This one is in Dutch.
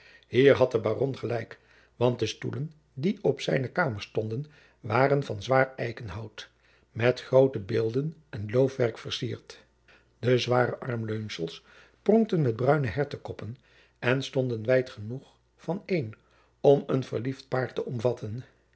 hierin had de baron gelijk want de stoelen die op zijne kamer stonden waren van zwaar eikenhout met groote beelden en loofwerk vercierd de zware armleunsels pronkten met bruine hertenkoppen en stonden wijd genoeg van een om een verliefd paar te omvatten